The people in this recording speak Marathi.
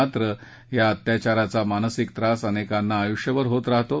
मात्र या अत्याचाराचा मानसिक त्रास अनेकांना आयुष्यभर होत राहतो